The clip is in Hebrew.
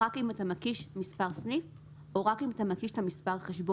רק אם אתה מקיש מספר סניף או רק אם אתה מגיש את מספר החשבון.